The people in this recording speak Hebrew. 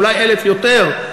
אולי יותר,